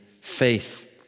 faith